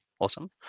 Awesome